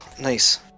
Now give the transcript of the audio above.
nice